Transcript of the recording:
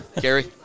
Gary